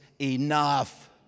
enough